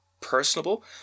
personable